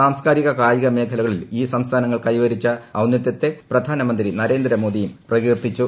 സംസ്കാരിക് കായിക മേഖലകളിൽ ഈ സംസ്ഥാനങ്ങൾ കൈവരിച്ചിട്ടു ഔന്നത്യത്തെ പ്രധാനമന്ത്രി നരേന്ദ്രമോദിയും പ്രകീർത്തിച്ചു